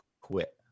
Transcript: quit